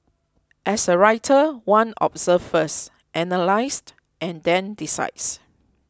as a writer one observes first analyses and then decides